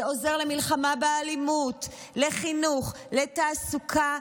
זה עוזר למלחמה באלימות, לחינוך, לתעסוקה,